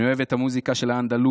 אני אוהב את המוזיקה של האנדלוסיות,